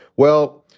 well,